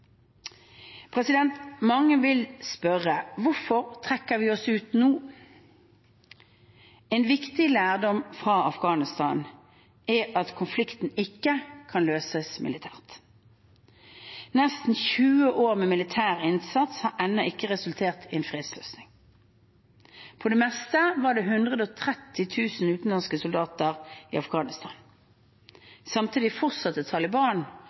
Mange vil spørre: Hvorfor trekker vi oss ut nå? En viktig lærdom fra Afghanistan er at konflikten ikke kan løses militært. Nesten 20 år med militær innsats har ennå ikke resultert i en fredsløsning. På det meste var det 130 000 utenlandske soldater i Afghanistan. Samtidig